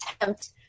attempt